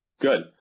Good